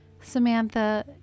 Samantha